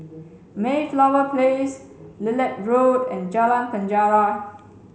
Mayflower Place Lilac Road and Jalan Penjara